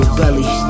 belly